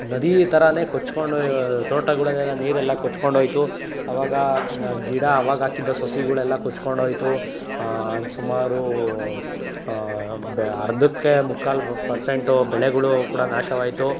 ನದಿ ಥರಾ ಕೊಚ್ಕೊಂಡು ತೋಟಗಳಲ್ಲೆಲ್ಲ ನೀರೆಲ್ಲ ಕೊಚ್ಕೊಂಡೋಯಿತು ಆವಾಗ ಗಿಡ ಆವಾಗಾಕಿದ್ದ ಸಸಿಗಳೆಲ್ಲ ಕೊಚ್ಕೊಂಡೋಯಿತು ಸುಮಾರು ಬ ಅರ್ಧಕ್ಕೆ ಮುಕ್ಕಾಲು ಪರ್ಸೆಂಟು ಬೆಳೆಗಳು ಕೂಡ ನಾಶವಾಯಿತು